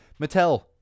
Mattel